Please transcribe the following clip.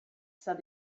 said